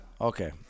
Okay